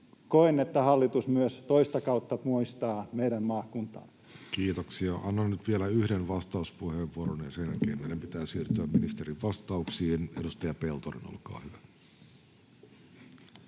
koen, että hallitus myös toista kautta muistaa meidän maakuntaa. Kiitoksia. — Annan nyt vielä yhden vastauspuheenvuoron, ja sen jälkeen meidän pitää siirtyä ministerin vastauksiin. — Edustaja Peltonen, olkaa hyvä.